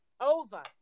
Over